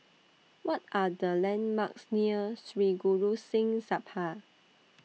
What Are The landmarks near Sri Guru Singh Sabha